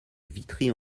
vitry